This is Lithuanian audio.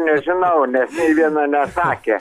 nežinau nes nė viena nesakė